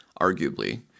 arguably